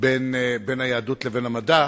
בין היהדות לבין המדע.